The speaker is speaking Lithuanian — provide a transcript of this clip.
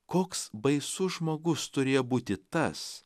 koks baisus žmogus turėjo būti tas